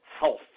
health